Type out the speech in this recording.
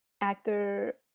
Actor